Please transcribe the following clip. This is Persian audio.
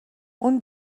اون